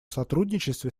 сотрудничестве